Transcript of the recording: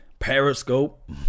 periscope